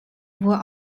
were